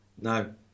no